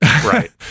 Right